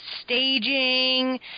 staging